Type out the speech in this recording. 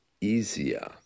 easier